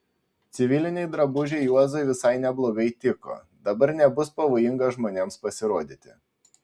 civiliniai drabužiai juozui visai neblogai tiko dabar nebus pavojinga žmonėms pasirodyti